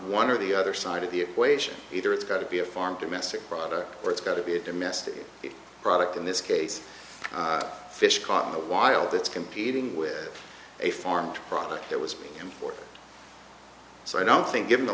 one or the other side of the equation either it's got to be a farm domestic product or it's got to be a domestic product in this case fish caught in the wild that's competing with a farm product that was import so i don't think given the